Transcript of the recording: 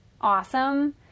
awesome